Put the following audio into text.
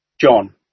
John